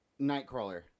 Nightcrawler